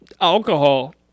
alcohol